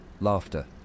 laughter